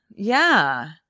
yeah.